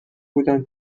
بودن